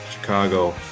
Chicago